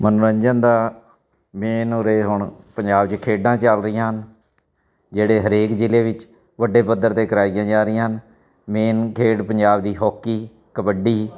ਮਨੋਰੰਜਨ ਦਾ ਮੇਨ ਉਰੇ ਹੁਣ ਪੰਜਾਬ 'ਚ ਖੇਡਾਂ ਚੱਲ ਰਹੀਆਂ ਹਨ ਜਿਹੜੇ ਹਰੇਕ ਜ਼ਿਲ੍ਹੇ ਵਿੱਚ ਵੱਡੇ ਪੱਧਰ 'ਤੇ ਕਰਾਈਆਂ ਜਾ ਰਹੀਆਂ ਹਨ ਮੇਨ ਖੇਡ ਪੰਜਾਬ ਦੀ ਹੋਕੀ ਕਬੱਡੀ